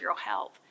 Health